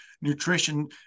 nutrition